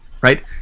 right